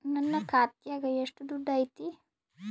ನನ್ನ ಖಾತ್ಯಾಗ ಎಷ್ಟು ದುಡ್ಡು ಐತಿ?